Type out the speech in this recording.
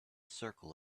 circle